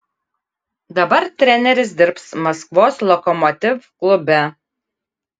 dabar treneris dirbs maskvos lokomotiv klube